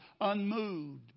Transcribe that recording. unmoved